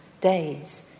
days